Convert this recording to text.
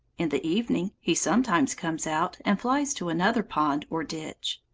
in the evening he sometimes comes out and flies to another pond or ditch.